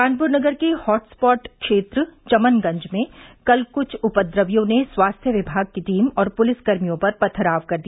कानपुर नगर के हॉटस्पॉट क्षेत्र चमनगंज में कल कुछ उपद्रवियों ने स्वास्थ्य विभाग की टीम और पुलिसकर्मियों पर पथराव कर दिया